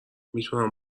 میتونم